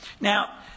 Now